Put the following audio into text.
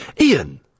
Ian